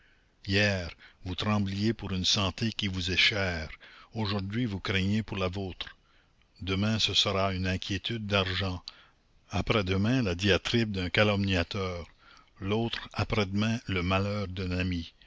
hier vous trembliez pour une santé qui vous est chère aujourd'hui vous craignez pour la vôtre demain ce sera une inquiétude d'argent après-demain la diatribe d'un calomniateur l'autre après-demain le malheur d'un ami